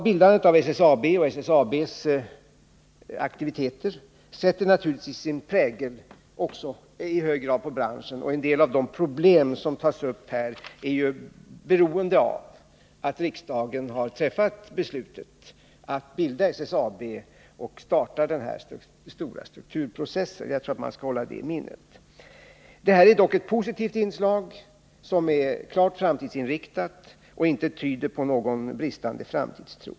Bildandet av SSAB — och SSAB:s aktiviteter — sätter naturligtvis i hög grad sin prägel på branschen. Och en del av de problem som tas upp här är ju beroende av att riksdagen har fattat beslutet att bilda SSAB och starta den här stora strukturprocessen. Jag tror att man skall hålla det i minnet. Detta är dock ett positivt inslag, som är klart framtidsinriktat och inte tyder på någon bristande framtidstro.